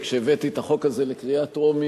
יריב לוין, עבר בקריאה שלישית וייכנס לספר החוקים.